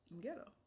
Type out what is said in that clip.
Ghetto